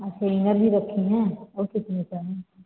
अच्छा इनर भी रखीं है वह कितने का है